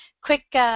quick